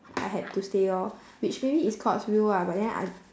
I had to stay lor which maybe it's god's will ah but then I